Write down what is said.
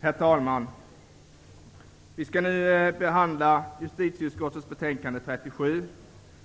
Herr talman! Vi skall nu behandla justitieutskottets betänkande JuU37